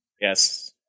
Yes